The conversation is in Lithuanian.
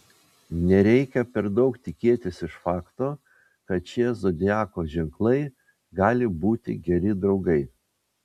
nereikia per daug tikėtis iš fakto kad šie zodiako ženklai gali būti geri draugai